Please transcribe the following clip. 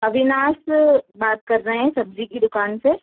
अविनाश से बात कर रहे है सब्जी की दुकान से